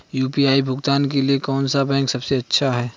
UPI भुगतान के लिए कौन सा बैंक सबसे अच्छा है?